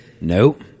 nope